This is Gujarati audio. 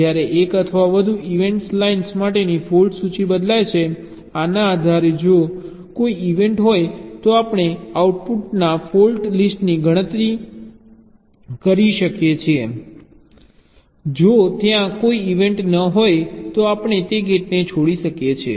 જ્યારે એક અથવા વધુ ઇનપુટ લાઇન્સ માટેની ફોલ્ટ સૂચિ બદલાય છે આના આધારે જો કોઈ ઇવેન્ટ હોય તો આપણે આઉટપુટની ફોલ્ટ લિસ્ટની ગણતરી કરીએ છીએ જો ત્યાં કોઈ ઇવેન્ટ ન હોય તો આપણે તે ગેટને છોડી શકીએ છીએ